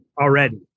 already